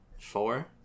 Four